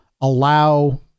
allow